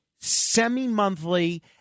semi-monthly